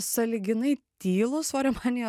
sąlyginai tylų svorio maniją